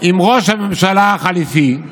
ראש האופוזיציה, הוא